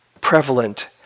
prevalent